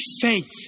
faith